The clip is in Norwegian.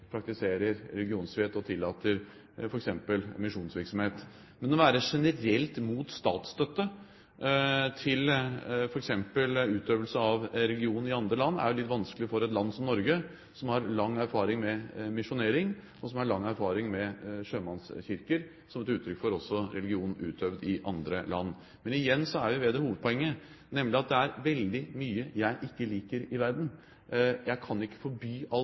Men generelt å være imot statsstøtte til f.eks. utøvelse av religion i andre land, er jo litt vanskelig for et land som Norge, som har lang erfaring med misjonering, og som har lang erfaring med sjømannskirker, som også er et uttrykk for religion utøvd i andre land. Men igjen er vi ved hovedpoenget, nemlig at det er veldig mye jeg ikke liker i verden. Jeg kan ikke forby alt